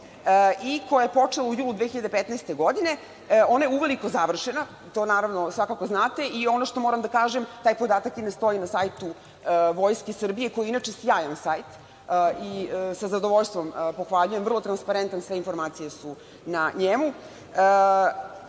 i koja je počela u junu 2015. godine, ona je uveliko završena. To svakako znate. Ono što moram da kažem, taj podatak i ne stoji na sajtu Vojske Srbije, koji je inače sjajan staj, i sa zadovoljstvom pohvaljujem, vrlo transparentan, sve informacije su na njemu,